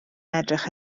edrych